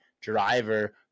driver